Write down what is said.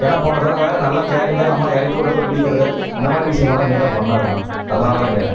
ஏன்னா போன தடவை நல்லா கேரிங்காக அம்மா இறக்கி விட்றது பிடிக்கறது இந்த மாதிரி விஷயமெல்லாம் நீட்டாக பண்ணாருண்ணா அதனால்தான் கேட்டேன்